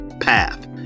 Path